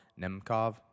Nemkov